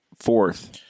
fourth